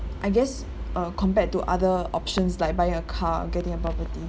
I guess uh compared to other options like buy a car getting a property